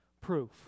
proof